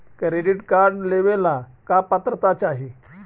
Credit card लेवेला का पात्रता चाही?